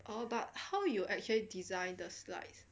oh but about how you actually designed the slides